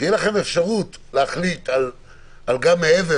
שתהיה לכם אפשרות להחליט גם מעבר.